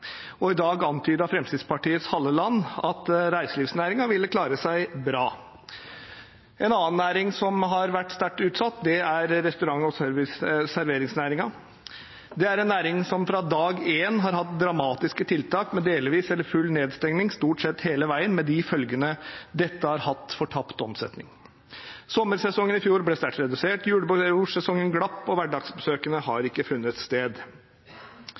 og i dag antydet Fremskrittsparti-representanten Halleland at reiselivsnæringen ville klare seg bra. En annen næring som har vært sterkt utsatt, er restaurant- og serveringsnæringen. Det er en næring som fra dag én har hatt dramatiske tiltak, med delvis eller full nedstengning stort sett hele veien, med de følgene det har hatt for tapt omsetning. Sommersesongen i fjor ble sterkt redusert, julebordsesongen glapp, og hverdagsbesøkene har ikke funnet sted.